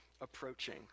approaching